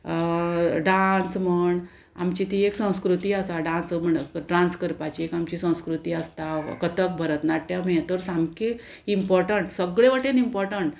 dance म्हण आमची ती एक संस्कृती आसा डांस म्हण डांस करपाची एक आमची संस्कृती आसता कथक भरतनाट्यम हे तर सामकें इम्पोर्टंट सगळे वटेन इम्पोर्टंट